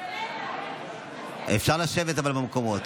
אנחנו במתח.